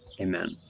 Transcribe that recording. Amen